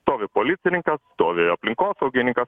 stovi policininkas stovi aplinkosaugininkas